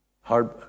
hard